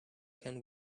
can